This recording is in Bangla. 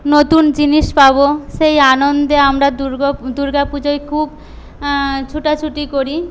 নতুন জিনিস পাবো সেই আনন্দে আমরা দুর্গ দুর্গাপূজায় খুব ছোটাছোটি করি